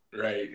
right